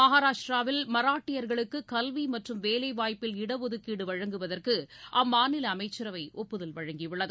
மஹாராஷ்ட்ராவில் மராட்டியர்களுக்கு கல்வி மற்றும் வேலைவாய்ப்பில் இடஒதுக்கீடு வழங்குவதற்கு அம்மாநில அமைச்சரவை ஒப்புதல் வழங்கியுள்ளது